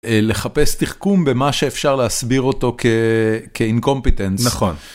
לחפש תחכום במה שאפשר להסביר אותו כ-incompetence. נכון.